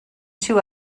two